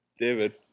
David